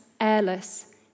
airless